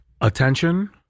Attention